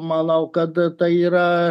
manau kad tai yra